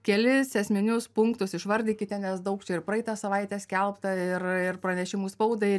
kelis esminius punktus išvardykite nes daug čia ir praeitą savaitę skelbta ir ir pranešimų spaudai